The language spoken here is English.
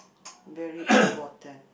very important